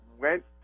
went